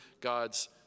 God's